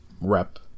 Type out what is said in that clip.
rep